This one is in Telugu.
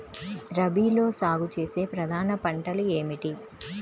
రబీలో సాగు చేసే ప్రధాన పంటలు ఏమిటి?